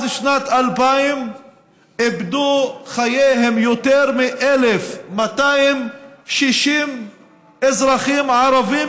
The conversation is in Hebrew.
איבדו חייהם יותר מ-1,260 אזרחים ערבים